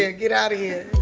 here, get outta here.